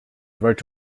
wrote